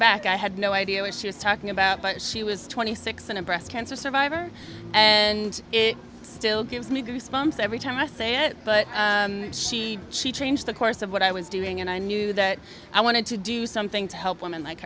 aback i had no idea what she was talking about but she was twenty six and a breast cancer survivor and it still gives me goosebumps every time i say it but she she changed the course of what i was doing and i knew that i wanted to do something to help women like